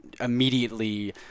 immediately